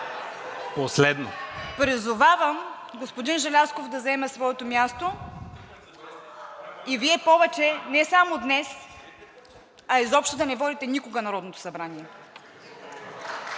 Призовавам господин Желязков да заеме своето място и Вие повече не само днес, а изобщо да не водите никога Народното събрание.